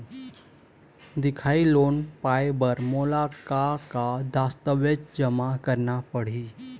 दिखाही लोन पाए बर मोला का का दस्तावेज जमा करना पड़ही?